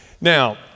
Now